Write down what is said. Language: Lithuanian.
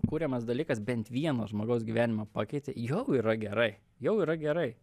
kuriamas dalykas bent vieno žmogaus gyvenimą pakeitė jau yra gerai jau yra gerai